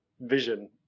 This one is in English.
vision